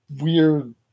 weird